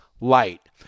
light